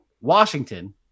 Washington